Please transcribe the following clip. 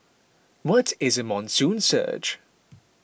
what is a monsoon surge